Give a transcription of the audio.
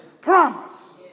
promise